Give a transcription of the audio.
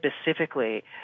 specifically